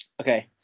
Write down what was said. Okay